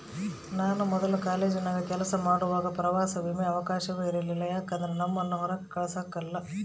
ನಾನು ಮೊದ್ಲು ಕಾಲೇಜಿನಾಗ ಕೆಲಸ ಮಾಡುವಾಗ ಪ್ರವಾಸ ವಿಮೆಯ ಅವಕಾಶವ ಇರಲಿಲ್ಲ ಯಾಕಂದ್ರ ನಮ್ಮುನ್ನ ಹೊರಾಕ ಕಳಸಕಲ್ಲ